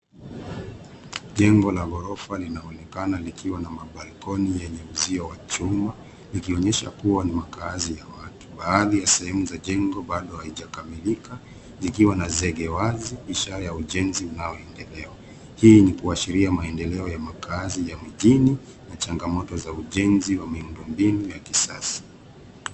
Jengo la ghorofa linaonekana likiwa na mabalkoni yenye uzio wa chuma ikionyesha kuwa ni makazi ya watu ,baadhi ya sehemu za jengo bado haijakamilika nikiwa na zege wazi ishara ya ujenzi unaoendelea hii ni kuashiria maendeleo ya makazi ya mjini changamoto za ujenzi wa miundo mbinu ya kisasa.